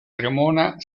cremona